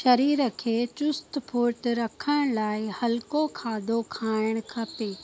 शरीर खे चुस्त फ़ुर्त रखण लाइ हलिको खाधो खाइणु खपे